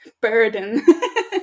burden